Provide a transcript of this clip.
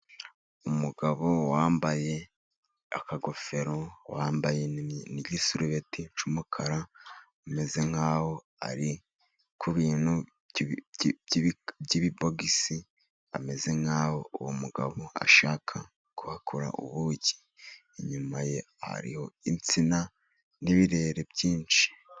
Umugabo wambaye akagofero, wambaye n'igisurubeti cy' umukara, ameze nkaho ari ku bintu by'ibibogisi ,ameze nkaho uwo mugabo ashaka kuhakura ubuki ,inyuma ye hariho insina n'ibirere byinshi.